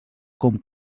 com